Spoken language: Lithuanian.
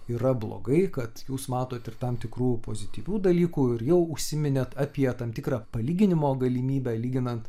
yra blogai kad jūs matot ir tam tikrų pozityvių dalykų ir jau užsiminėt apie tam tikrą palyginimo galimybę lyginant